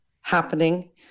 happening